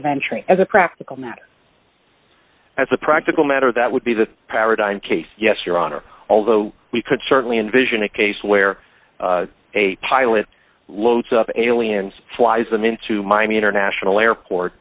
entry as a practical matter as a practical matter that would be the paradigm case yes your honor although we could certainly envision a case where a pilot loads of aliens flies them into miami international airport